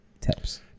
tips